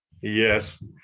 Yes